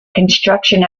construction